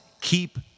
keep